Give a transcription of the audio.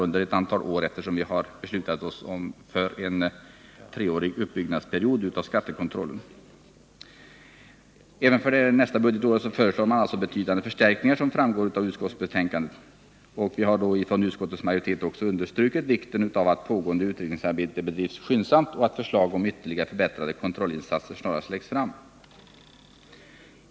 Vi har ju beslutat om en treårig uppbyggnadsperiod av skattekontrollen. Som framgår av utskottsbetänkandet föreslås även för nästa budgetår betydande förstärkningar. Utskottsmajoriteten har också understrukit vikten av att pågående utredningsarbete bedrivs skyndsamt och av att förslag om ytterligare förbättrade kontrollinsatser snarast läggs fram.